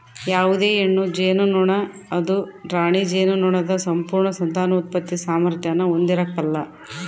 ಯಾವುದೇ ಹೆಣ್ಣು ಜೇನುನೊಣ ಅದು ರಾಣಿ ಜೇನುನೊಣದ ಸಂಪೂರ್ಣ ಸಂತಾನೋತ್ಪತ್ತಿ ಸಾಮಾರ್ಥ್ಯಾನ ಹೊಂದಿರಕಲ್ಲ